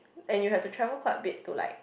and you have to travel quite a bit to like